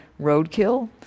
roadkill